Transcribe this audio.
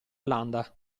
landa